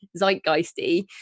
zeitgeisty